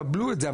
קבלו את זה.